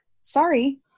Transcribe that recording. sorry